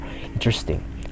interesting